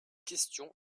question